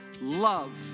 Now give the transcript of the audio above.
love